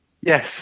Yes